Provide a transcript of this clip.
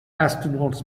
astronauts